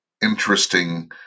interesting